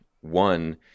one